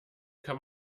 kann